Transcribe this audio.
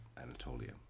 Anatolia